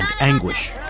anguish